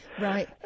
right